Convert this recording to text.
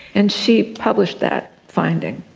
and she published that finding.